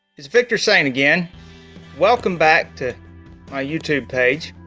its victor sane again welcome back to my youtube page.